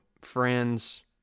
friends